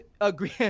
agree